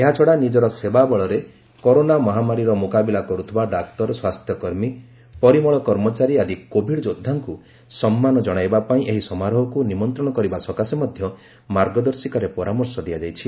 ଏହାଛଡ଼ା ନିଜର ସେବା ବଳରେ କରୋନା ମହାମାରୀର ମୁକାବିଲା କରୁଥିବା ଡାକ୍ତର ସ୍ୱାସ୍ଥ୍ୟକର୍ମୀ ପରିମଳ କର୍ମଚାରୀ ଆଦି କୋଭିଡ୍ ଯୋଦ୍ଧାଙ୍କୁ ସମ୍ମାନ ଜଣାଇବାପାଇଁ ଏହି ସମାରୋହକୁ ନିମନ୍ତ୍ରଣ କରିବା ସକାଶେ ମଧ୍ୟ ମାର୍ଗଦର୍ଶିକାରେ ପରାମର୍ଶ ଦିଆଯାଇଛି